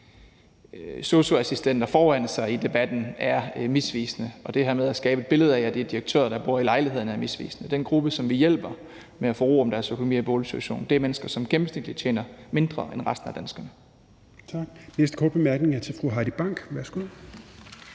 sosu-assistenter foran sig i debatten er misvisende, og det her med at skabe et billede af, at det er direktører, der bor i lejlighederne, er misvisende. Den gruppe, som vi hjælper med at få ro om deres økonomi og boligsituation, er mennesker, som gennemsnitligt tjener mindre end resten af danskerne.